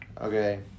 Okay